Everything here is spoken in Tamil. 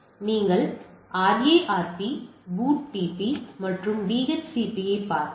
நீங்கள் RARP BOOTP மற்றும் DHCP ஐப் பார்த்தால்